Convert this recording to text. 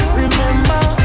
Remember